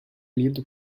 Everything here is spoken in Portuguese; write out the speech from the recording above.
lido